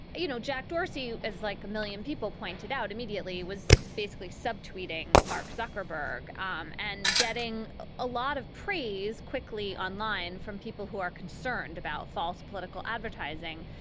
you know jack dorsey is like a million people pointed out immediately was basically sub tweeting. mark zuckerberg um and getting a lot of praise quickly online from people who are concerned about false political advertising.